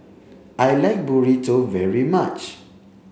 I like Burrito very much